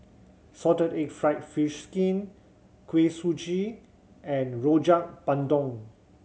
salted egg fried fish skin Kuih Suji and Rojak Bandung